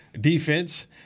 defense